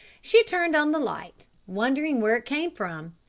she turned on the light, wondering where it came from.